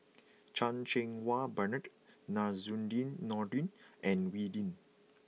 Chan Cheng Wah Bernard Zainudin Nordin and Wee Lin